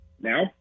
Now